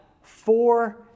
four